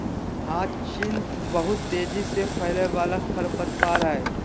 hyacinth बहुत तेजी से फैलय वाला खरपतवार हइ